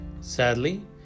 Sadly